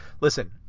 Listen